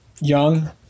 Young